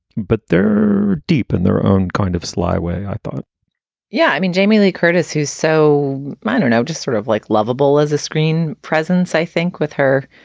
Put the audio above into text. but they're deep in their own kind of sly way. i thought yeah. i mean, jamie lee curtis, who's so minor now, just sort of like lovable as a screen presence, i think with her